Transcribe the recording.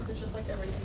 just like everything